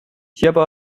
siapa